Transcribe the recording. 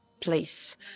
place